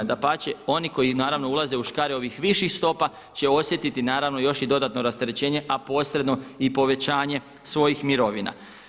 Dapače, oni koji naravno ulaze u škare ovih viših stopa će osjetiti naravno još i dodatno rasterećenje a posredno i povećanje svojih mirovina.